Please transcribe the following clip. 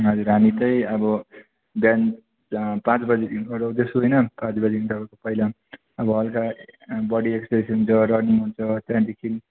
हजुर हामी चाहिँ अब बिहान पाँच बजीदेखि अह्राउँदैछु होइन आठ बजीदेखिको तपाईँको पहिला अब हल्का बडी एस्सप्रेसन हुन्छ रनिङ हुन्छ त्याँदेखिन्